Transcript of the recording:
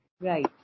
Right